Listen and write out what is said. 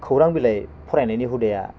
खौरां बिलाइ फरायनायनि हुदाया